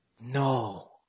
No